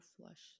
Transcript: flush